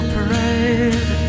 Parade